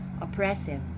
oppressive